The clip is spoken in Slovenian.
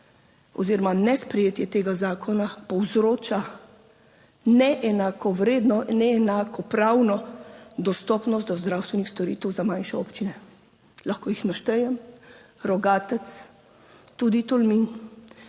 oziroma nesprejetje tega zakona povzroča neenakovredno, neenakopravno dostopnost do zdravstvenih storitev za manjše občine. Lahko jih naštejem, Rogatec, tudi Tolmin,